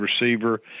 receiver